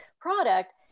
product